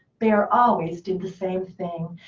bear always did the same thing.